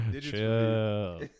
Chill